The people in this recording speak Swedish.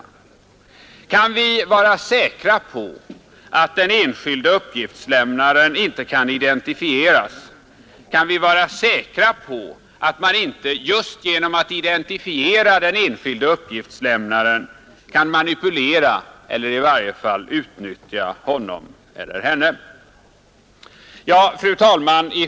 Kan vi vara säkra på att den enskilde uppgiftslämnaren inte kan identifieras? Kan vi vara säkra på att man inte just genom att man identifierar den enskilde uppgiftslämnaren kan manipulera eller i varje fall utnyttja honom eller henne? Fru talman!